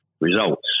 results